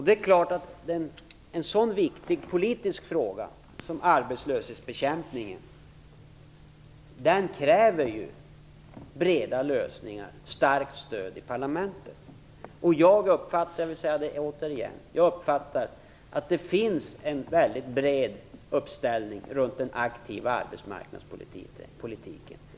Det är klart att en så viktig politiska fråga som arbetslöshetsbekämpningen kräver ju breda lösningar och starkt stöd i parlamentet. Jag vill återigen säga att jag uppfattar att det finns en väldigt bred uppslutning kring den aktiva arbetsmarknadspolitiken.